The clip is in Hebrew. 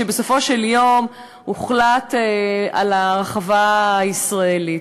ובסופו של יום הוחלט על הרחבה הישראלית.